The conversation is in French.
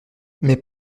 mes